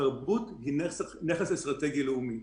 תרבות היא נכס אסטרטגי לאומי.